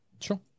Sure